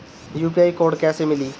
UPI code कैसे मिली?